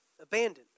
abandoned